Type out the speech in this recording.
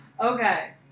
Okay